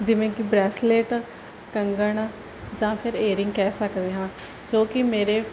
ਜਿਵੇਂ ਕੀ ਬਰੈਸਲੇਟ ਕੰਗਣ ਜਾਂ ਫਿਰ ਏਰਿੰਗ ਕਹਿ ਸਕਦੇ ਹਾਂ ਜੋ ਕੀ ਮੇਰੇ